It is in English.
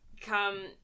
come